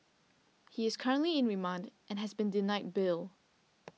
he is currently in remand and has been denied bail